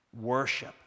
worship